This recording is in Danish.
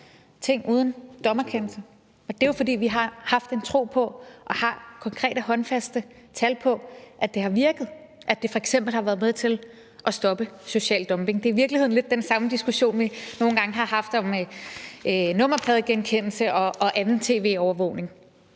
ting uden dommerkendelse, og det er jo, fordi vi har haft en tro på og har haft konkrete, håndfaste tal på, at det har virket, at det f.eks. har været med til at stoppe social dumping. Det er i virkeligheden lidt den samme diskussion, vi nogle gange har haft om nummerpladegenkendelse og anden tv-overvågning.